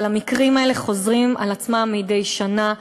אבל המקרים האלה חוזרים על עצמם מדי שנה,